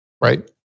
right